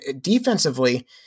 defensively